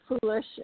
foolish